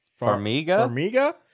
Farmiga